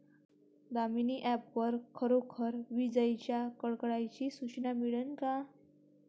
Damini app वर खरोखर विजाइच्या कडकडाटाची सूचना मिळन का?